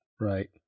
right